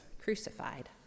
crucified